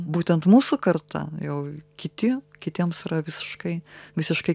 būtent mūsų karta jau kiti kitiems yra visiškai visiškai